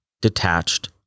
detached